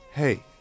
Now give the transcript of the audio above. Hey